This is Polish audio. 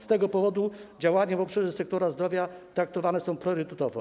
Z tego powodu działania w sektorze zdrowia traktowane są priorytetowo.